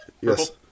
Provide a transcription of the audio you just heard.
Yes